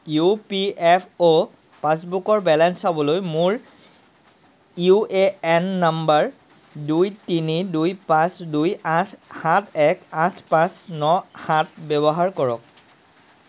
UPFO পাছবুকৰ balance চাবলৈ মোৰ ইউএএন নাম্বাৰ দুই তিনি দুই পাঁচ দুই আঠ সাত এক আঠ পাঁচ ন সাত ব্যৱহাৰ কৰক